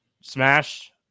Smash